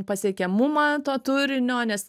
pasiekiamumą to turinio nes